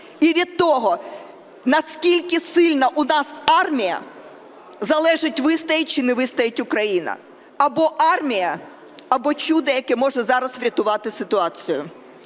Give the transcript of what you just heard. І від того, наскільки сильна у нас армія, залежить, вистоїть чи не вистоїть Україна. Або армія, або чудо, яке може зараз врятувати ситуацію.